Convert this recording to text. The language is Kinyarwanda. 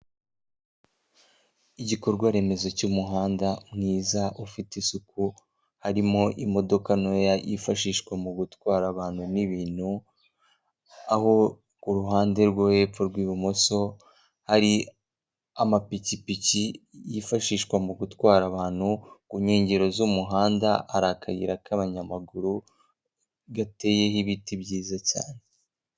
Igikorwa remezo cy'umuhanda mwiza ufite isuku harimo imodoka ntoya yifashishwa mu gutwara abantu n'ibintu aho ku ruhande rwo hepfo rw'ibumoso hari amapikipiki yifashishwa mu gutwara abantu; ku nkengero z'umuhanda hari akayira k'abanyamaguru gateyeho ibiti byiza cyane!